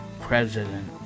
president